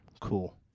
Cool